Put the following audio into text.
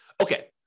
Okay